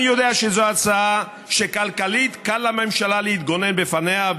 אני יודע שזו הצעה שכלכלית קל לממשלה להתגונן בפניה,